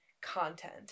content